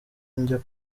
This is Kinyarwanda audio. njya